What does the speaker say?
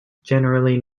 generally